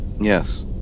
Yes